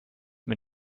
mir